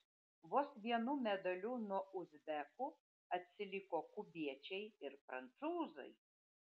vos vienu medaliu nuo uzbekų atsiliko kubiečiai ir prancūzai